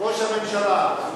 ראש הממשלה,